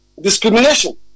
discrimination